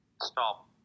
stop